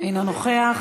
אינו נוכח.